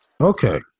Okay